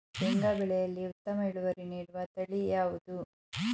ಶೇಂಗಾ ಬೆಳೆಯಲ್ಲಿ ಉತ್ತಮ ಇಳುವರಿ ನೀಡುವ ತಳಿ ಯಾವುದು?